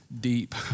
deep